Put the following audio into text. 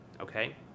Okay